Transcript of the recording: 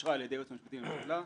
שאושרה על-ידי היועץ המשפטי לממשלה,